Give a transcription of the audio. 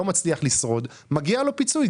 לא מצליח לשרוד מגיע לו פיצוי,